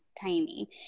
tiny